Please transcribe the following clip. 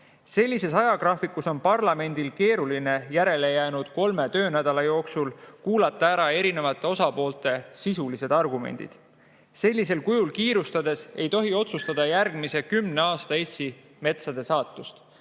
Sellises ajagraafikus on parlamendil keeruline järelejäänud kolme töönädala jooksul kuulata ära eri osapoolte sisulised argumendid. Sellisel kujul kiirustades ei tohi otsustada järgmise kümne aasta Eesti metsade saatust.